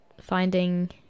finding